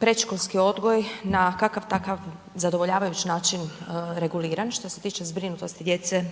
predškolski odgoj na kakav-takav zadovoljavajući način reguliran što se tiče zbrinutosti djece